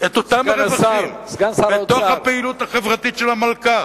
את אותם רווחים בתוך הפעילות החברתית של המלכ"ר.